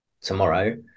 tomorrow